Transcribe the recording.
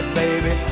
baby